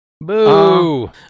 Boo